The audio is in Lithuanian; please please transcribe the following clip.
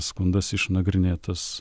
skundas išnagrinėtas